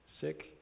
sick